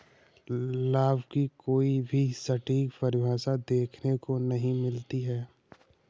लाभ की कोई भी सटीक परिभाषा देखने को नहीं मिलती है